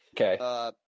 Okay